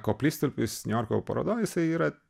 koplytstulpis niujorko parodo jisai yra